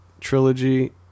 trilogy